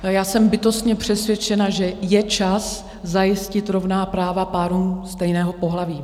Já jsem bytostně přesvědčena, že je čas zajistit rovná práva párům stejného pohlaví.